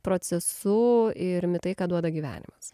procesu ir imi tai ką duoda gyvenimas